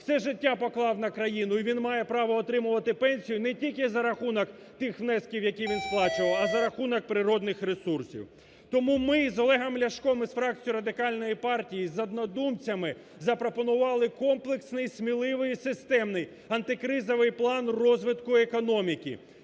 все життя поклав на країну, і він має право отримувати пенсію не тільки за рахунок тих внесків, які він сплачував, а за рахунок природних ресурсів. Тому ми з Олегом Ляшком і з фракцією Радикальної партії, з однодумцями запропонували комплексний, сміливий і системний антикризовий план розвитку економіки,